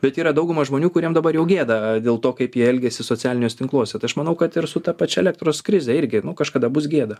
bet yra dauguma žmonių kuriem dabar jau gėda dėl to kaip jie elgiasi socialiniuos tinkluose tai aš manau kad ir su ta pačia elektros krize irgi kažkada bus gėda